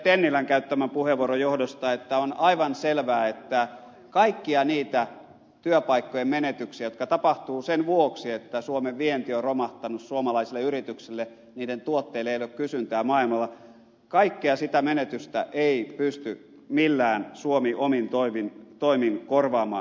tennilän käyttämän puheenvuoron johdosta sitä että on aivan selvää että kaikkia niitä työpaikkojen menetyksiä jotka tapahtuvat sen vuoksi että suomen vienti on romahtanut suomalaisten yritysten tuotteille ei ole kysyntää maailmalla kaikkea sitä menetystä ei pysty millään suomi omin toimin korvaamaan